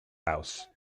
house